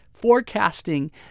forecasting